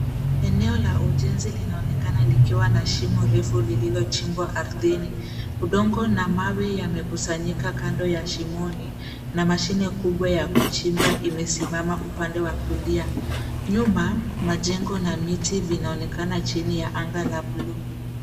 Eneo la ujenzi linaonekana likiwa na shimo refu lililochimbwa ardhini. Udongo na mawe yamekusanyika kando ya shimoni na mashine kubwa ya kuchimba imesimama upande wa kulia. Nyuma, majengo na miti vinaonekana chini ya anga la buluu.